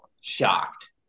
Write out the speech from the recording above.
shocked